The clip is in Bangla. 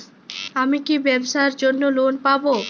আমি কি ব্যবসার জন্য লোন পাব?